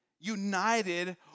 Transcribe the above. united